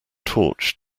torch